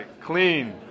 clean